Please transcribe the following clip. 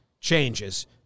changes